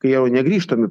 kai jau negrįžtami